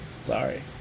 Sorry